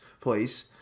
please